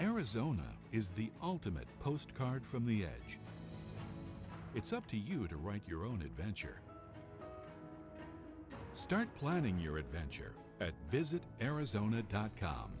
arizona is the ultimate postcard from the edge it's up to you to write your own adventure start planning your adventure at visit arizona dot com